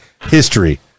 history